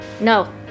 No